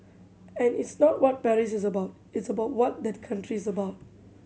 and it's not what Paris is about it's about what that country is about